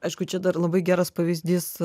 aišku čia dar labai geras pavyzdys